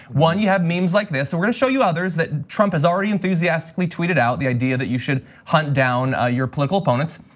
one, you have names like this. we're gonna show you out that trump has already enthusiastically tweeted out the idea that you should hunt down ah your political opponents.